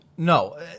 No